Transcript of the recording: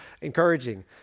encouraging